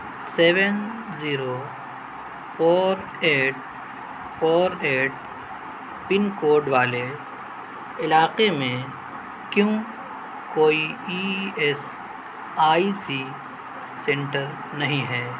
seven zero four eight four eight pin code والے علاقے میں کیوں کوئی E S I C centre نہیں ہے